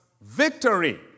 victory